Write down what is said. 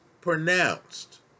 pronounced